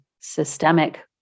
systemic